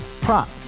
Prop